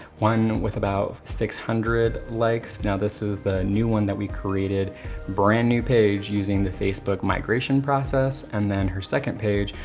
one with about six hundred likes. now, this is the new one that we created a brand new page using the facebook migration process. and then her second page,